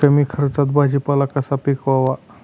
कमी खर्चात भाजीपाला कसा पिकवावा?